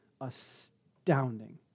astounding